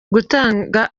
gutanga